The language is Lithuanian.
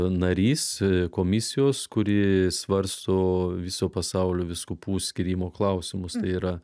narys komisijos kuri svarsto viso pasaulio vyskupų skyrimo klausimus tai yra